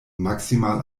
maximal